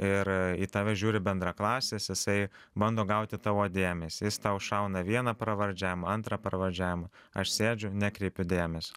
ir į tave žiūri bendraklasis jisai bando gauti tavo dėmesį jis tau šauna vieną pravardžiavimą antrą pravardžiavimą aš sėdžiu nekreipiu dėmesio